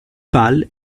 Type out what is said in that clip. pâle